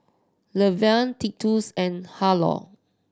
Luverne Titus and Harlow